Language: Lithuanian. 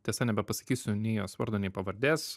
tiesa nebepasakysiu nei jos vardo nei pavardės